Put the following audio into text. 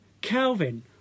Calvin